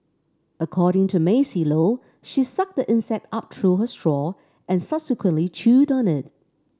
according to Maisie Low she sucked the insect up through her straw and subsequently chewed on it